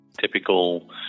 typical